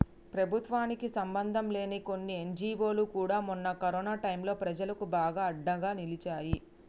ప్రభుత్వానికి సంబంధంలేని కొన్ని ఎన్జీవోలు కూడా మొన్న కరోనా టైంలో ప్రజలకు బాగా అండగా నిలిచాయి